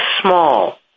small